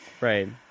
Right